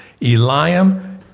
Eliam